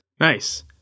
Nice